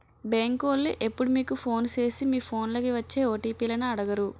బేంకోలు ఎప్పుడూ మీకు ఫోను సేసి మీ ఫోన్లకి వచ్చే ఓ.టి.పి లను అడగరు